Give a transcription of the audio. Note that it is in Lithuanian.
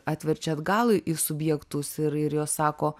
atverčia atgal į subjektus ir ir jos sako